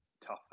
tougher